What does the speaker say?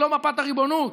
היא לא מפת הריבונות.